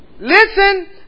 Listen